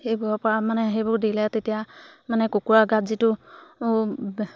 সেইবোৰৰ পৰা মানে সেইবোৰ দিলে তেতিয়া মানে কুকুৰাৰ গাত যিটো